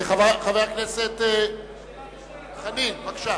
חבר הכנסת חנין, בבקשה.